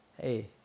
hey